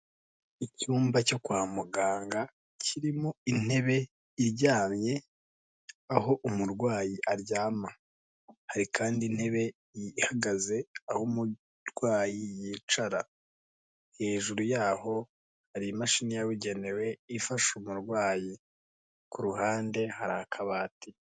Icyumba cyo kwa muganga kirimo intebe iryamye aho umurwayi aryama, hari kandi intebe ihagaze aho umurwayi yicara, hejuru yaho hari imashini yabugenewe ifasha umurwayi, ku ruhande hari akabati.